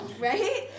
Right